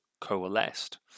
coalesced